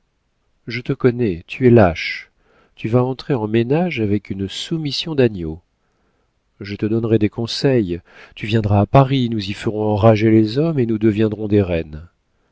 je te connais tu es lâche tu vas entrer en ménage avec une soumission d'agneau je te donnerai des conseils tu viendras à paris nous y ferons enrager les hommes et nous deviendrons des reines